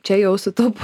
čia jau sutaupau